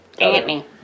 Anthony